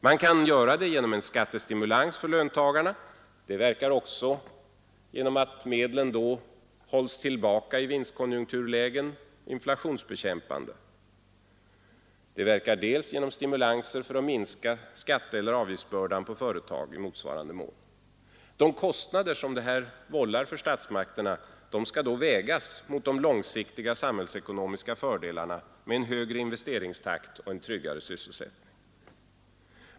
Man kan ge dels en skattestimulans för löntagarna — genom att medlen hålls tillbaka i vinstkonjunkturlägen verkar det också inflationsbekämpande — dels stimulanser för att minska skatteeller avgiftsbördan på företag i motsvarande mån. De kostnader detta vållar statsmakterna skall då vägas mot de långsiktiga samhällsekonomiska fördelarna av högre investeringstakt och en tryggare sysselsättning.